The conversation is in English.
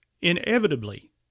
Inevitably